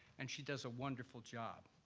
and she does a wonderful job.